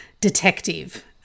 detective